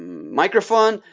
microphone.